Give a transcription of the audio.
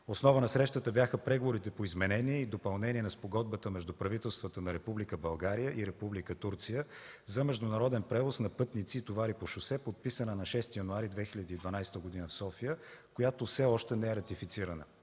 Основа на срещата бяха преговорите по изменение и допълнение на Спогодбата между правителствата на Република България и Република Турция за международен превоз на пътници и товари по шосе, подписана на 6 януари 2012 г. в София, която все още не е ратифицирана.